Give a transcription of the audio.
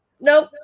nope